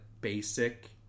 basic